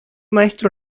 maestro